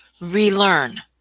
Relearn